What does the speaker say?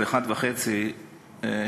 שהוא 1.5 שקל,